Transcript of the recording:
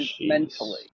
mentally